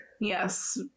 Yes